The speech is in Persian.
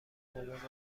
مامان